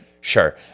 Sure